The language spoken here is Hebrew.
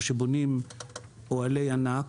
או בונים אוהלי ענק,